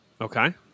Okay